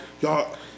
y'all